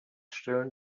stellen